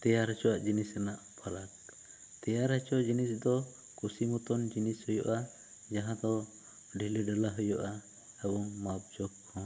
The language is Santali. ᱛᱮᱭᱟᱨ ᱚᱪᱟᱣᱟᱜ ᱡᱤᱱᱤᱥ ᱠᱟᱱᱟ ᱯᱟᱞᱮ ᱛᱮᱭᱟᱨ ᱚᱪᱚ ᱡᱤᱱᱤᱥ ᱫᱚ ᱠᱩᱥᱤ ᱢᱚᱛᱚ ᱡᱤᱱᱤᱥ ᱦᱩᱭᱩᱜᱼᱟ ᱡᱟᱦᱟ ᱫᱚ ᱰᱷᱤᱞᱤ ᱵᱷᱟᱞᱟ ᱦᱩᱭᱩᱜᱼᱟ ᱢᱟᱯ ᱡᱚᱠᱷ ᱦᱚᱸ